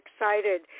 excited